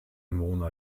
mona